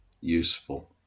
useful